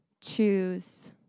choose